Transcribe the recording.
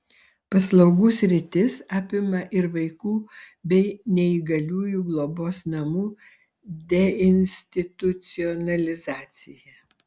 paslaugų sritis apima ir vaikų bei neįgaliųjų globos namų deinstitucionalizaciją